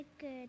good